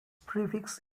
prefix